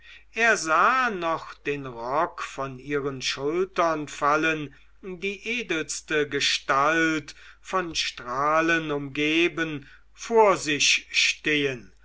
er sah noch den rock von ihren schultern fallen die edelste gestalt von strahlen umgeben vor sich stehen